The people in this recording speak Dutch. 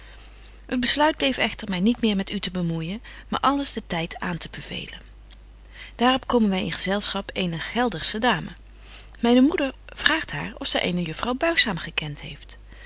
besluit bleef echter my niet meer met u te bemoeijen maar alles den tyd aan te bevelen daarop komen wy in gezelschap eener geldersche dame myne moeder vraagt haar of zy eene juffrouw buigzaam gekent heeft